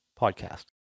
Podcast